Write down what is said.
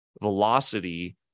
velocity